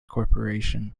corporation